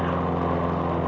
no